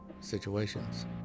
situations